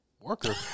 worker